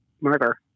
murder